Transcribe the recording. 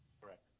Correct